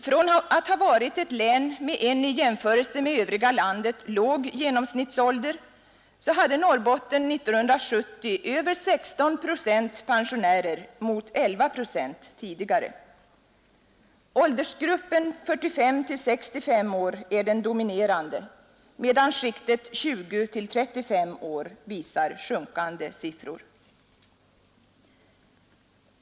Från att ha varit ett län med en i jämförelse med det övriga landet låg genomsnittsålder hade Norrbotten 1970 över 16 procent pensionärer mot 11 procent tidigare. Åldersgruppen 45—65 år är den dominerande, medan skiktet 20—35 år visar sjunkande siffror.